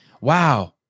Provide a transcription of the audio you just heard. Wow